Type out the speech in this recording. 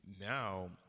now